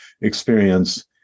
experience